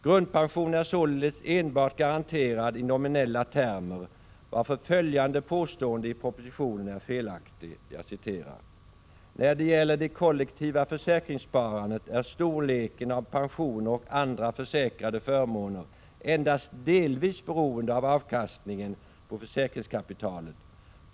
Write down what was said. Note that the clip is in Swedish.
Grundpensionen är således endast garanterad i nominella termer, varför följande påstående i propositionen är felaktigt: ”När det gäller det kollektiva försäkringssparandet är storleken av pensioner och andra försäkrade förmåner endast delvis beroende av avkastningen på försäkringskapitalet.